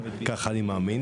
כך אני מאמין.